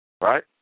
right